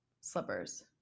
slippers